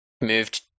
moved